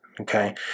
Okay